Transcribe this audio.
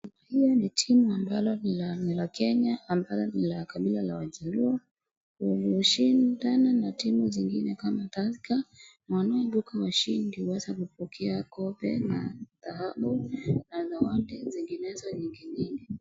Hilo ni timu ambalo ni la Kenya ambalo ni la kabila la wajaluo kushindana na timu zingine kama Tusker wanaoibuka washindi waweze kupokea kombe la dhahabu na zawaadi zinginezo nyingi nyingi.